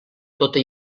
tota